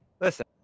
listen